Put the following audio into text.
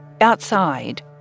Outside